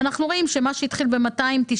ואנחנו רואים שמה שהתחיל ב-295,